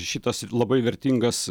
šitas labai vertingas